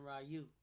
Ryu